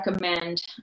recommend